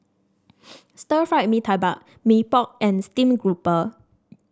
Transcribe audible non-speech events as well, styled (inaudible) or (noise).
(noise) Stir Fried Mee Tai Bak Mee Pok and Steamed Grouper